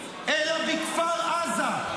אלא בכפר עזה,